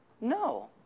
No